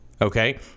okay